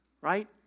right